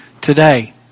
today